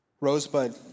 Rosebud